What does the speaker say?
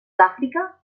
àfrica